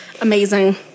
Amazing